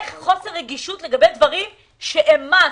חוסר רגישות לגבי דברים שהם must.